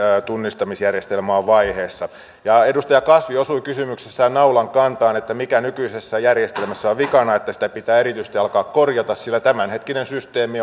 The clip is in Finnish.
tunnistamisjärjestelmäkin on vaiheessa edustaja kasvi osui kysymyksessään naulan kantaan että mikä nykyisessä järjestelmässä on vikana että sitä pitää erityisesti alkaa korjata sillä tämänhetkinen systeemi